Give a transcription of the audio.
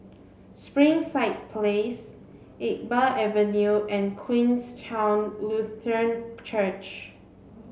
Springside Place Iqbal Avenue and Queenstown Lutheran Church